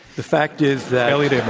the fact is that